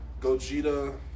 Gogeta